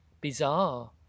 bizarre